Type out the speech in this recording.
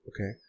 Okay